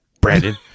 Brandon